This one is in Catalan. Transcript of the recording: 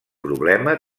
problema